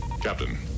Captain